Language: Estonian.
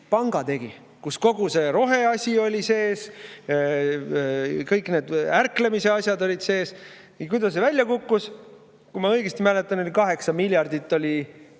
näidispanga, kus kogu see roheasi oli sees, kõik need ärklemise asjad olid sees. Ja kuidas see välja kukkus? Kui ma õigesti mäletan, 8 miljardit oli,